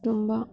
ತುಂಬ